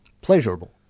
pleasurable